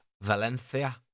Valencia